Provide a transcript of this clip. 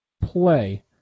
play